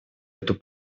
эту